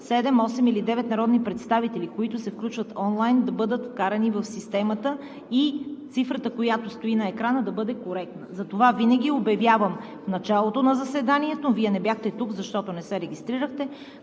и/или девет народни представители, които се включват онлайн, да бъдат вкарани в системата и цифрата, която стои на екрана, да бъде коректна. Затова винаги обявявам в началото на заседанието – Вие не бяхте тук, защото не се регистрирахте,